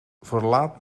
verlaat